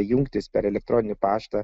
jungtis per elektroninį paštą